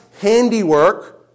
handiwork